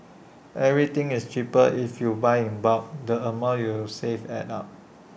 everything is cheaper if you buy in bulk the amount you save adds up